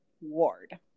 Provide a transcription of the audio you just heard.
ward